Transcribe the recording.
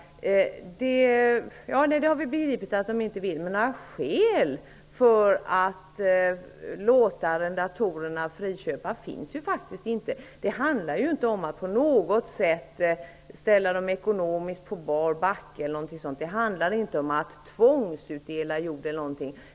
Det har vi förstått att de inte vill. Men det finns faktiskt inga skäl för att låta arrendatorerna friköpa. Det handlar ju inte om att ställa dem på bar backe ekonomiskt. Det handlar inte heller om att tvångsutdela jord.